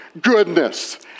goodness